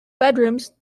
bedrooms